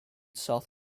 south